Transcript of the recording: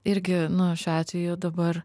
irgi nu šiuo atveju dabar